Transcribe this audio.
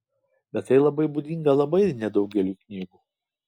bet tai būdinga labai nedaugeliui knygų